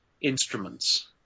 instruments